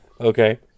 Okay